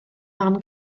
mam